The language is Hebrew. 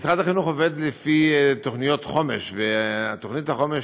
משרד החינוך עובד לפי תוכניות חומש, ותוכנית החומש